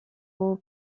aux